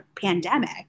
pandemic